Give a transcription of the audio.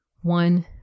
one